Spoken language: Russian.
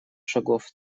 шагов